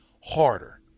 harder